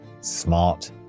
smart